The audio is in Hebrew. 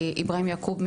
לאיברהים יעקוב,